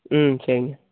ம் சரிங்க